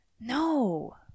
no